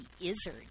Izzard